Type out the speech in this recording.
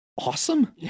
Awesome